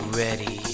ready